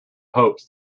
hopes